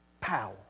Pow